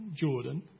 Jordan